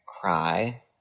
cry